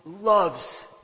loves